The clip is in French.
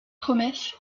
promesse